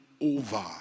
over